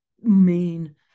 main